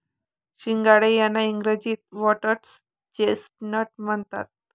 सिंघाडे यांना इंग्रजीत व्होटर्स चेस्टनट म्हणतात